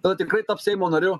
tada tikrai taps seimo nariu